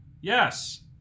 Yes